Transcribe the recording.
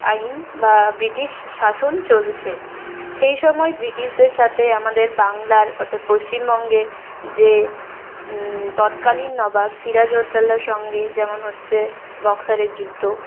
আইন বা ব্রিটিশ শাসন চলছে সেই সময়ে ব্রিটিশদের সাথে আমাদের বাংলার অর্থাৎ পশ্চিমবঙ্গের যে তৎকালীন নবাব সিরাজউদৌল্লার সঙ্গে যেমন হচ্ছে বক্সারের যুদ্ধ